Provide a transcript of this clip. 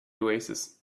oasis